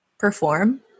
perform